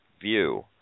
view